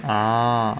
a'ah